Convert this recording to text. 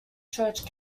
church